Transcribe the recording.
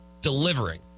delivering